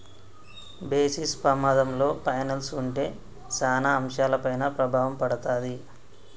basis పమాధంలో పైనల్స్ ఉంటే సాన అంశాలపైన ప్రభావం పడతాది